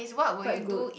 quite good